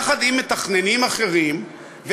יחד עם מתכננים אחרים,